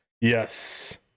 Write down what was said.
Yes